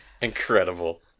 Incredible